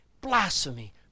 blasphemy